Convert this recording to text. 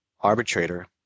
arbitrator